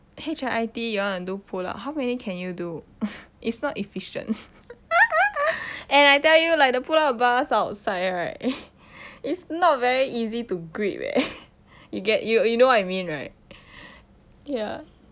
H_I_I_T you want to do pull up how many can you do it's not efficient and I tell you like the pull up bars outside right it's not very easy to grip eh you get you you know what you mean right ya